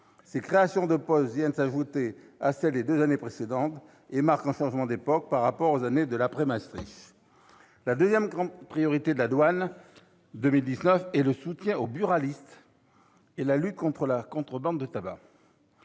Ces créations de postes viennent s'ajouter à celles des deux années précédentes, et marquent un changement d'époque par rapport aux années de l'« après-Maastricht ». La deuxième grande priorité de la douane pour 2019 est le soutien aux buralistes et la lutte contre la contrebande de tabac,